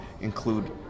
include